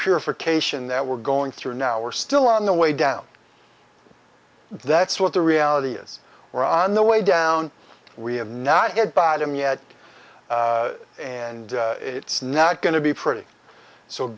purification that we're going through now we're still on the way down that's what the reality is or on the way down we have not had bottom yet and it's not going to be pretty so